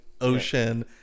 ocean